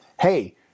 hey